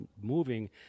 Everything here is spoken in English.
moving